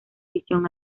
visión